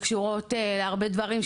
קשורות להרבה דברים,